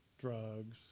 drugs